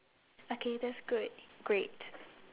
okay that's great great